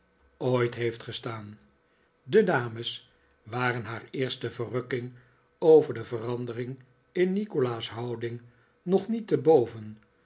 ooit heeft gestaan de dames waren haar eerste yerrukking over de verandering in nikolaas houding nog niet te boven